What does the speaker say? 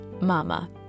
mama